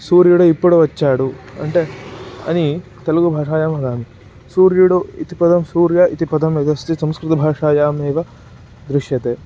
सूर्यडु इप्पुडु वच्चाडु अन्टे अनि तेलुगुभाषायां वदामि सूर्युडु इति पदं सूर्यः इति पदं यदस्ति संस्कृतभाषायामेव दृश्यते